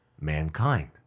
Mankind